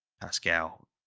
Pascal